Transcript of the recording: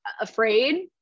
afraid